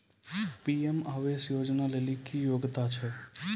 PM Awas Yojana लेली की योग्यता छै?